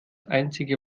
einzige